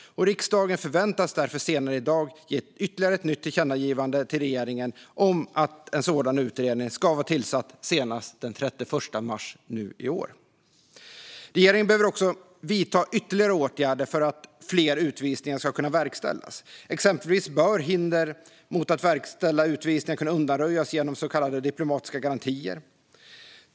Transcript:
Riksdagen förväntas därför senare i dag besluta om ytterligare ett tillkännagivande till regeringen om att en sådan utredning ska vara tillsatt senast den 31 mars nu i år. Regeringen behöver också vidta ytterligare åtgärder för att fler utvisningar ska kunna verkställas. Exempelvis bör hinder mot att verkställa utvisningar kunna undanröjas genom så kallade diplomatiska garantier.